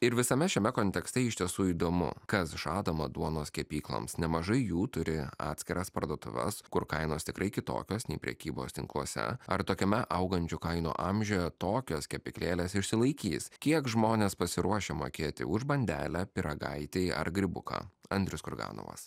ir visame šiame kontekste iš tiesų įdomu kas žadama duonos kepykloms nemažai jų turi atskiras parduotuves kur kainos tikrai kitokios nei prekybos tinkluose ar tokiame augančių kainų amžiuje tokios kepyklėlės išsilaikys kiek žmonės pasiruošę mokėti už bandelę pyragaitį ar grybuką andrius kurganovas